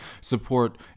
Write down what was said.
support